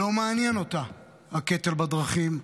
לא מעניין אותן הקטל בדרכים,